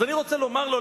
אז אני רוצה לומר לו,